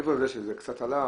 מעבר לזה שזה קצת עלה,